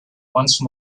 once